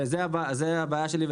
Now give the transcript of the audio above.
זו הבעיה שלי,